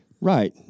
right